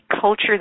culture